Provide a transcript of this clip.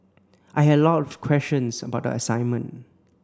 I had a lot of questions about the assignment